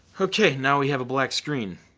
okay, now we have a black screen.